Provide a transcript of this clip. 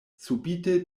subite